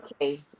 Okay